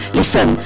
listen